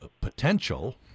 potential